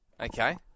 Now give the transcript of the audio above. okay